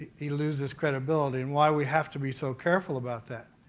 he loses credibility and why we have to be so careful about that.